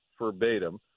verbatim